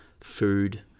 food